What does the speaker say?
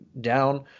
down